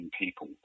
people